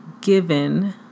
given